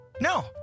No